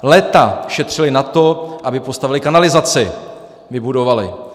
Léta šetřili na to, aby postavili kanalizaci, vybudovali.